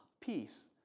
peace